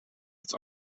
its